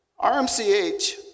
RMCH